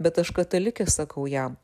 bet aš katalikė sakau jam